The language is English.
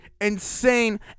insane